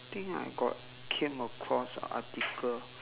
think I got came across a article